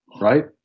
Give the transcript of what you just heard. right